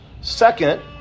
Second